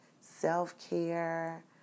self-care